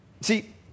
See